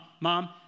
mom